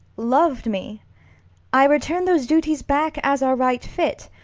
lov'd me i return those duties back as are right fit,